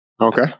Okay